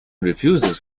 refuses